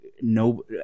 no